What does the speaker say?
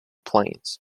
plains